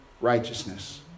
righteousness